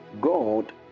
God